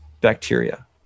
bacteria